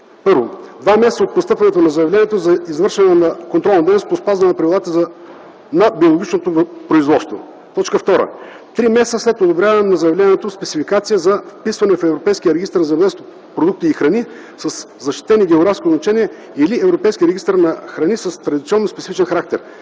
от: 1. два месеца от постъпване на заявлението за извършване на контролна дейност по спазване правилата на биологичното производство; 2. три месеца след одобряване на заявлението-спецификация за вписване в Европейския регистър на земеделските продукти и храни със защитени географски означения или Европейския регистър на храните с традиционно специфичен характер,